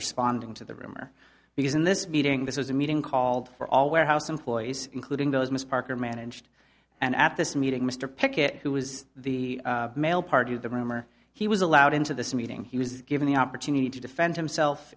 responding to the rumor because in this meeting this was a meeting called for all warehouse employees including those miss parker managed and at this meeting mr pickett who was the male part of the room or he was allowed into this meeting he was given the opportunity to defend himself